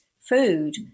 food